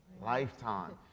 lifetime